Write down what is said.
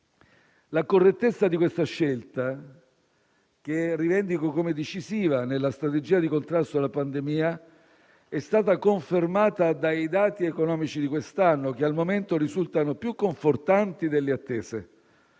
La correttezza di questa scelta - che rivendico come decisiva nella strategia di contrasto alla pandemia - è stata confermata dai dati economici di quest'anno, che al momento risultano più confortanti delle attese.